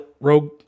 rogue